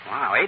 Wow